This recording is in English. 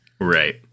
Right